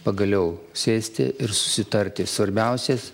pagaliau sėsti ir susitarti svarbiausiais